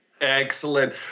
Excellent